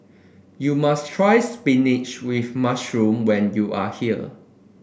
you must try spinach with mushroom when you are here